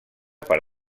per